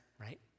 right